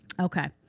Okay